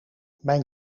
mijn